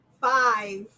Five